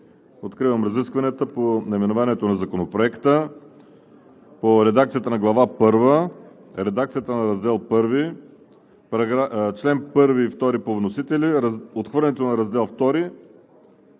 Откривам разискванията по наименованието на Законопроекта; по редакцията на Глава първа; редакцията на Раздел I; чл. 1 и чл. 2 по вносители; отхвърлянето на Раздел